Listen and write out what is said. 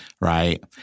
Right